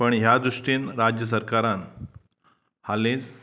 पण ह्या दृश्टीन राज्य सरकारान हालींच